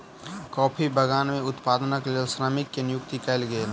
coffee बगान में उत्पादनक लेल श्रमिक के नियुक्ति कयल गेल